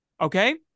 Okay